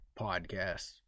podcasts